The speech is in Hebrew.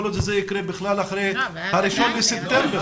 יכול להיות שזה יקרה אחרי ה-1 בספטמבר.